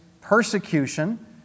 persecution